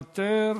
מוותר.